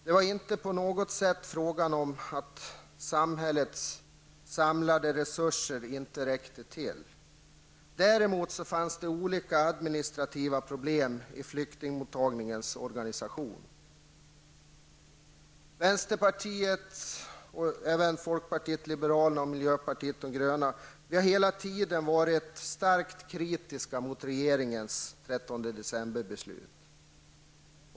Det var inte på något sätt fråga om att samhällets samlade resurser inte räckte till. Däremot fanns det olika administrativa problem i flyktingmottagningens organisation. Vänsterpartiet, folkpartiet liberalerna och miljöpartiet de gröna har hela tiden varit starkt kritiska mot regeringens 13 december-beslut.